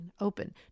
Open